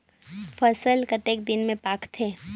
फसल कतेक दिन मे पाकथे?